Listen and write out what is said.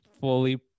fully